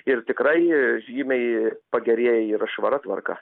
ir tikrai žymiai pagerėja yra švara tvarka